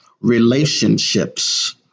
relationships